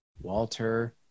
Walter